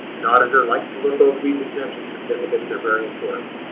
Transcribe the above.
an auditor likes to look over these exemption certificates. they're very important.